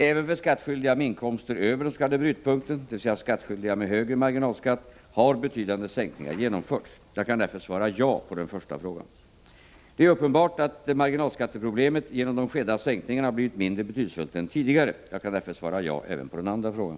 Även för skattskyldiga med inkomster över den s.k. brytpunkten, dvs. skattskyldiga med högre marginalskatt, har betydande sänkningar genomförts. Jag kan därför svara ja på den första frågan. Det är uppenbart att marginalskatteproblemet genom de skedda sänkningarna har blivit mindre betydelsefullt än tidigare. Jag kan därför svara ja även på den andra frågan.